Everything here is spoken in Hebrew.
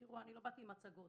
אני לא באתי עם מצגות.